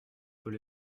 peut